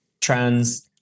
trans